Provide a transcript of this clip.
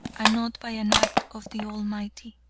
and not by an act of the almighty.